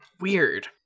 Weird